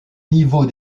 niveau